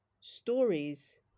stories